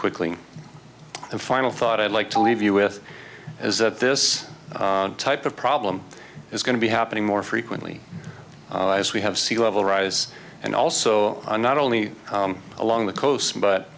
quickly and final thought i'd like to leave you with is that this type of problem is going to be happening more frequently as we have sea level rise and also not only along the coast but